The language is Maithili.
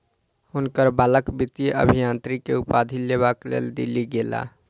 हुनकर बालक वित्तीय अभियांत्रिकी के उपाधि लेबक लेल दिल्ली गेला